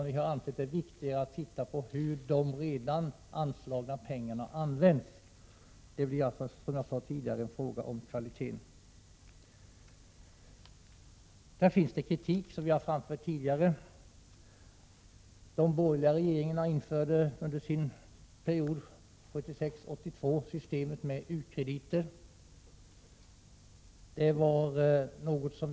Vi har ansett det viktigare att se på hur de redan anslagna pengarna används, dvs. på kvaliteten, som jag nyss nämnde. Vi har tidigare framfört kritik på den punkten. De borgerliga regeringarna införde under sin period, 1976—1982, systemet med u-krediter.